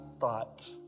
thought